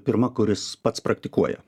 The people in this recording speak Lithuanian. pirma kuris pats praktikuoja